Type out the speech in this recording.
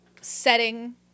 setting